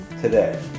today